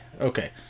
okay